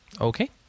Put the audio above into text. Okay